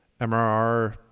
MRR